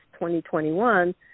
2021